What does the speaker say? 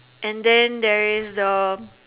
and then there is the